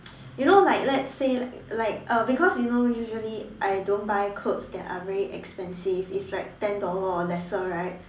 you know like let's say like uh because you know usually I don't buy clothes that are very expensive it's like ten dollar or lesser right